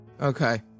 Okay